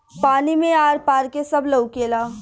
पानी मे आर पार के सब लउकेला